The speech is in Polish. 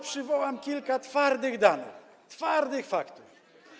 Przywołam kilka twardych danych, twardych faktów.